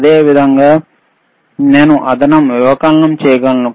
అదేవిధంగా నేను అదనం వ్యవకలనం కూడా చేయగలను